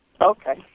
Okay